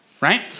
right